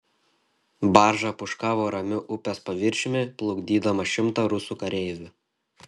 barža pūškavo ramiu upės paviršiumi plukdydama šimtą rusų kareivių